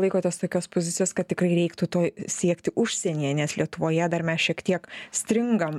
laikotės tokios pozicijos kad tikrai reiktų to siekti užsienyje nes lietuvoje dar mes šiek tiek stringam